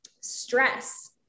stress